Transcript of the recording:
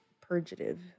purgative